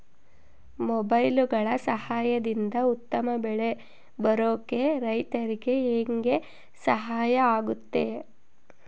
ಮೊಬೈಲುಗಳ ಸಹಾಯದಿಂದ ಉತ್ತಮ ಬೆಳೆ ಬರೋಕೆ ರೈತರಿಗೆ ಹೆಂಗೆ ಸಹಾಯ ಆಗುತ್ತೆ?